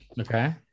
Okay